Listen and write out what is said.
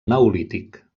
neolític